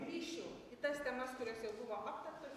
grįžčiau į tas temas kurios jau buvo aptartos